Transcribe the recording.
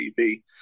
TV